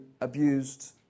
abused